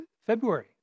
February